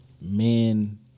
men